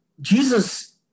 Jesus